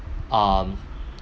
um